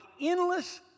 endless